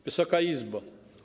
Wysoka Izbo!